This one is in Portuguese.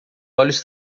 olhos